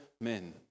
men